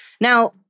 Now